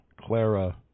Clara